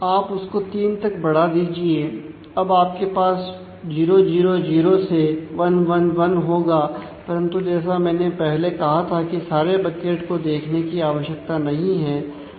आप उसको 3 तक बढ़ा दीजिए अब आपके पास 0 0 0 से 1 1 1 होगा परंतु जैसा मैंने पहले कहा था कि सारे बकेट को देखने की आवश्यकता नहीं है